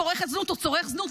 צורכת זנות או צורך זנות,